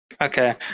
Okay